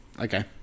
Okay